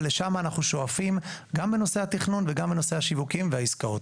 אבל לשם אנחנו שואפים גם בנושא התכנון וגם בנושא השיווקים והעסקאות.